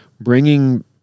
bringing